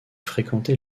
fréquenté